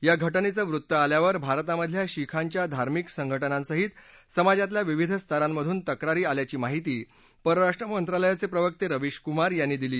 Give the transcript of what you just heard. या घटनेचं वृत्त आल्यावर भारतामधल्या शीखांच्या धार्मिक संघटनांसहित समाजातल्या विविध स्तरांमधून तक्रारी आल्याची माहिती परराष्ट्र मंत्रालयाचे प्रवक्ते रवीश कुमार यांनी दिली